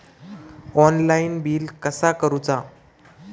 Online bill कसा करुचा?